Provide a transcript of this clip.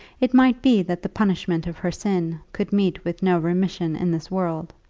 it might be that the punishment of her sin could meet with no remission in this world,